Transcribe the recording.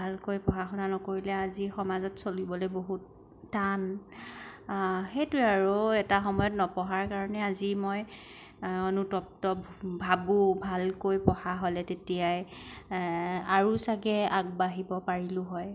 ভালকৈ পঢ়া শুনা নকৰিলে আজি সমাজত চলিবলৈ বহুত টান সেইটোৱেই আৰু এটা সময়ত নপঢ়াৰ কাৰণে আজি মই অনুতপ্ত ভাবোঁ ভালকৈ পঢ়া হ'লে তেতিয়াই আৰু চাগে আগবাঢ়িব পাৰিলোঁ হয়